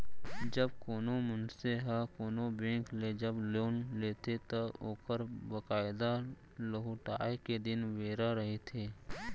जब कोनो मनसे ह कोनो बेंक ले जब लोन लेथे त ओखर बकायदा लहुटाय के दिन बेरा रहिथे